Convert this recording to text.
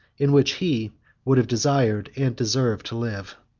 in which he would have desired and deserved to live.